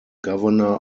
governor